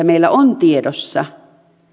meillä on tiedossa